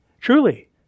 Truly